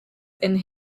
and